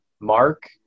Mark